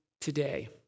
today